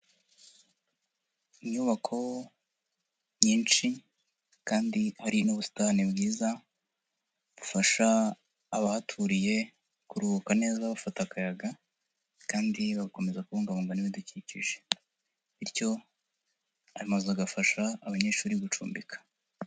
Inyubako nyinshi kandi hari n'ubusitani bwiza bufasha abahaturiye kuruhuka neza bafata akayaga kandi bagakomeza kubungabunga n'ibidukikije bityo aya mazu agafasha abanyeshuri gucumbika.